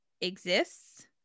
exists